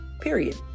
Period